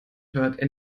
hört